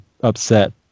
upset